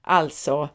alltså